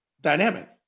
Dynamic